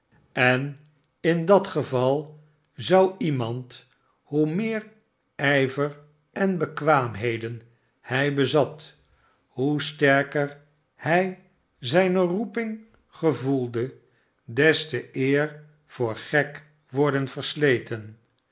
en in dat geval zou iemand hoe meer ijver en bekwaamheden hij bezat hoe sterker hij zijne roeping gevoelde des te eer voor gek worden versleten